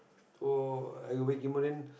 so I will wake him up then